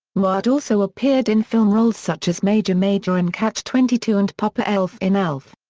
newhart also appeared in film roles such as major major in catch twenty two and papa elf in elf.